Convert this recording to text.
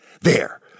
There